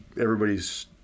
everybody's